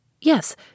Yes